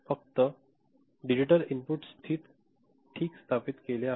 फक्त दरम्यान digital input ठीक स्थापित केले आहे